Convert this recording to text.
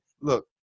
look